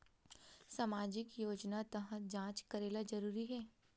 सामजिक योजना तहत जांच करेला जरूरी हे